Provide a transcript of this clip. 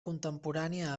contemporània